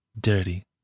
dirty